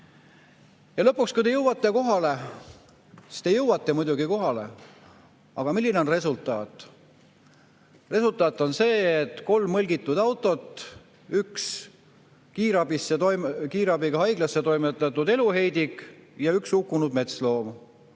Lõpuks, kui te jõuate kohale, siis te jõuate muidugi kohale, aga milline on resultaat? Resultaat on see, et on kolm mõlgitud autot, üks kiirabiga haiglasse toimetatud eluheidik ja üks hukkunud metsloom.